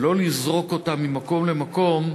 ולא לזרוק אותה ממקום למקום,